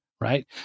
right